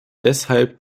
deshalb